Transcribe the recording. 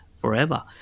forever